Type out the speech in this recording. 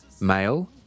male